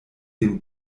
dem